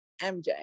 mj